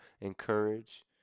encourage